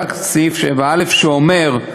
סעיף 7א, שאומר,